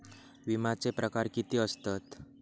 विमाचे प्रकार किती असतत?